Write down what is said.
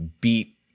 beat